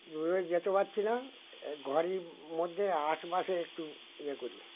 দূরে যেতে পারছি না ঘরের মধ্যে আশেপাশে একটু ইয়ে করি